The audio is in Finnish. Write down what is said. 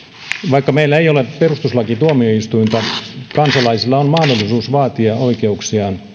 vaikka meillä ei ole perustuslakituomioistuinta kansalaisilla on mahdollisuus vaatia oikeuksiaan